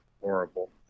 horrible